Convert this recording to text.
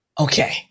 okay